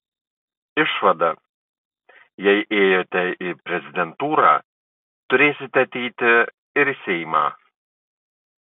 išvada jei ėjote į prezidentūrą turėsite ateiti ir į seimą